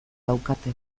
daukate